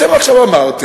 אתם עכשיו אמרתם: